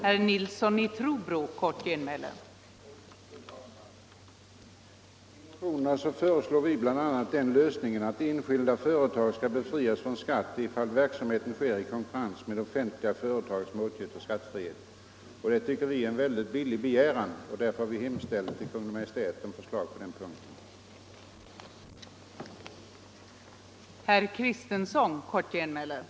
Fru talman! I motionerna föreslår vi bl.a. den lösningen att enskilda företag skall befrias från skatt ifall verksamheten sker i konkurrens med offentliga företag som åtnjuter skattefrihet. Det tycker vi är en billig begäran, och därför har vi hemställt att riksdagen hos Kungl. Maj:t anhåller om förslag på den punkten.